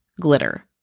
glitter